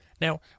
Now